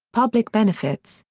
public benefits,